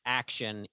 action